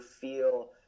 feel